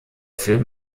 film